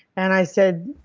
and i said,